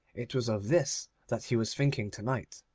it was of this that he was thinking to-night,